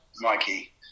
mikey